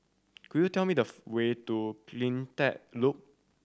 could you tell me the way to Cleantech Loop